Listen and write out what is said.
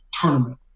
tournament